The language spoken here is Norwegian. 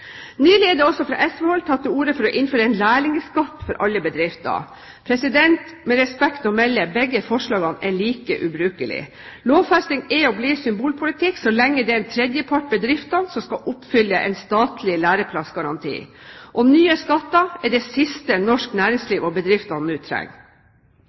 Nylig er det fra SV-hold tatt til orde for også å innføre en lærlingskatt for alle bedrifter. Med respekt å melde: Begge forslagene er like ubrukelige. Lovfesting er og blir symbolpolitikk så lenge det er en tredje part, bedriftene, som skal oppfylle en statlig læreplassgaranti. Og nye skatter er det siste norsk næringsliv og bedriftene nå trenger.